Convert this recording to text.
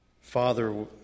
Father